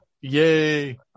Yay